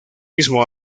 mismo